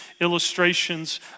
illustrations